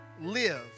Live